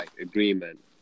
agreement